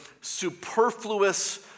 superfluous